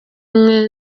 umwe